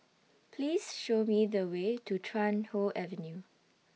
Please Show Me The Way to Chuan Hoe Avenue